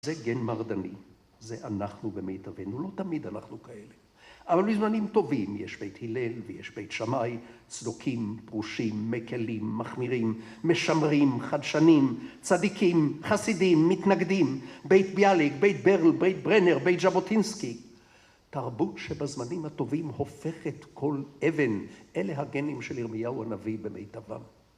זה גן מרדני, זה אנחנו במיטבנו, לא תמיד אנחנו כאלה. אבל בזמנים טובים יש בית הלל ויש בית שמאי, צדוקים, פרושים, מקלים, מחמירים, משמרים, חדשנים, צדיקים, חסידים, מתנגדים, בית ביאליק, בית ברל, בית ברנר, בית ז'בוטינסקי. תרבות שבזמנים הטובים הופכת כל אבן, אלה הגנים של ירמיהו הנביא במיטבם.